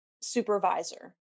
supervisor